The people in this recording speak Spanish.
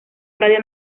radio